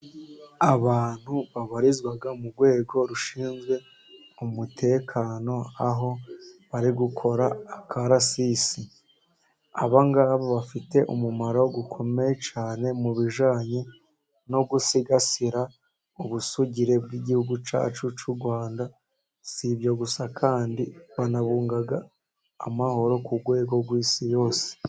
Abantu babarizwa mu rwego rushinzwe umutekano aho bari gukora akarasisi, aba ngaba bafite umumaro ukomeye cyane mu bijyanye no gusigasira ubusugire bw'igihugu cyacu cy'u Rwanda, si ibyo gusa kandi banabungabunga amahoro ku rwego rw'isi yose.